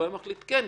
הוא היה מחליט שכן,